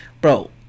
Bro